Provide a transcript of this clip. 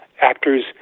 Actors